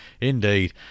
Indeed